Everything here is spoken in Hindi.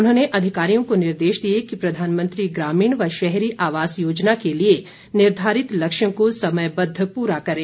उन्होंने अधिकारियों को निर्देश दिए कि प्रधानमंत्री ग्रामीण व शहरी आवास योजना के लिए निर्धारित लक्ष्यों को समयबद्ध पूरा करें